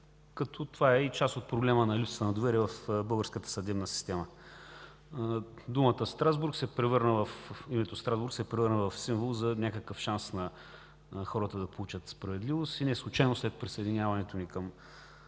Това е и част от проблема за липса на доверие в българската съдебна система. Името „Страсбург” се превърна в символ за някакъв шанс на хората да получат справедливост. Неслучайно след присъединяването ни към